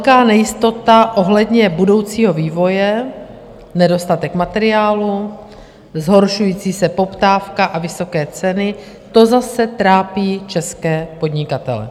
Velká nejistota ohledně budoucího vývoje, nedostatek materiálů, zhoršující se poptávka a vysoké ceny, to zase trápí české podnikatele.